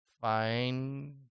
fine